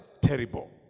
terrible